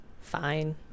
fine